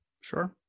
Sure